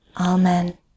Amen